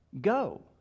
Go